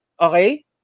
okay